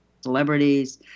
celebrities